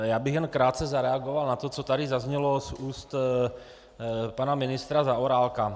Já bych jen krátce zareagoval na to, co tady zaznělo z úst pana ministra Zaorálka.